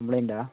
കംപ്ലയിൻറ്റാണോ